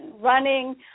running